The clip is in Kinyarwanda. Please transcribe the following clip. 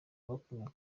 bakomeye